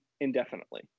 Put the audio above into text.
indefinitely